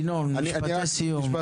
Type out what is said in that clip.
ינון, משפט סיום.